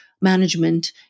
management